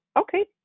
okay